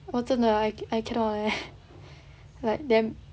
我真的 like I cannot leh like damn